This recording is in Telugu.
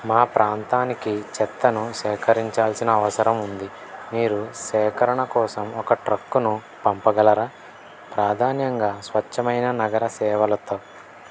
మా ప్రాంతానికి చెత్తను సేకరించాల్సిన అవసరం ఉంది మీరు సేకరణ కోసం ఒక ట్రక్కును పంపగలరా ప్రాధాన్యంగా స్వచ్ఛమైన నగర సేవలతో